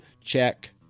check